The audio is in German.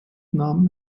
nahm